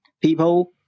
people